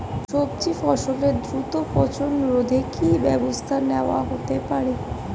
সবজি ফসলের দ্রুত পচন রোধে কি ব্যবস্থা নেয়া হতে পারে?